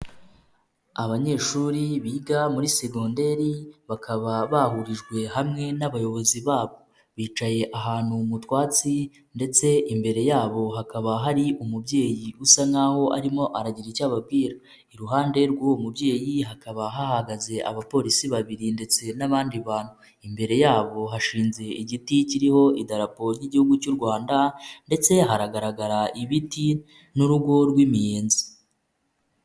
Abanyeshuri biga muri segonderi bakaba bahurijwe hamwe n'abayobozi babo bicaye ahantu mu twatsi ndetse imbere yabo hakaba hari umubyeyi usa nkaho arimo aragira icyo ababwira, iruhande rw'uwo mubyeyi hakaba hahagaze abapolisi babiri ndetse n'abandi bantu, imbere yabo hashinze igiti kiriho idaraporo ry'igihugu cy'u Rwanda ndetse haragaragara ibiti n'urugo rw'imiyenzi.